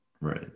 Right